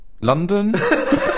London